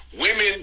Women